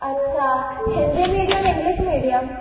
अच्छा Hindi medium English medium